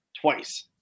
twice